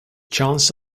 chance